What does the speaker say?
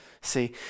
See